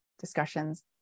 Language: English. discussions